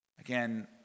Again